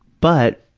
but,